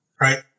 right